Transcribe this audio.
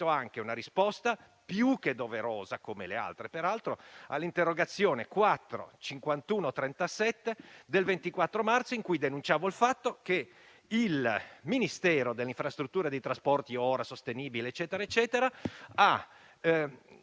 anche una risposta più che doverosa, come le altre peraltro, all’interrogazione 4-05137 del 24 marzo, in cui denunciavo il fatto che il Ministero delle infrastrutture e dei trasporti, ora divenuto delle infrastrutture e